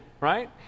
right